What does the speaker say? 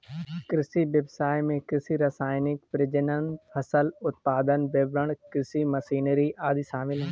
कृषि व्ययसाय में कृषि रसायन, प्रजनन, फसल उत्पादन, वितरण, कृषि मशीनरी आदि शामिल है